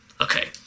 okay